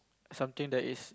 something that is